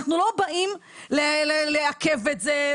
אנחנו לא באים לעכב את זה,